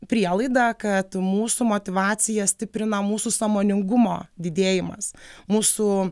prielaidą kad mūsų motyvaciją stiprina mūsų sąmoningumo didėjimas mūsų